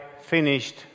finished